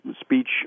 speech